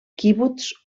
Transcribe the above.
quibuts